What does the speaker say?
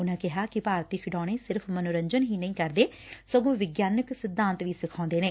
ਉਨਾਂ ਕਿਹਾ ਕਿ ਭਾਰਤੀ ਖਿਡੌਣੇ ਸਿਰਫ਼ ਮੰਨੋਰੰਜਨ ਹੀ ਨਹੀ ਕਰਦੇ ਸਗੋ ਵਿਗਿਆਨਕ ਸਿਧਾਂਤ ਵੀ ਸਿਖਾਉਦੇ ਨੇ